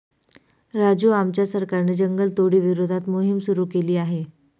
राजू आमच्या सरकारने जंगलतोडी विरोधात मोहिम सुरू केली आहे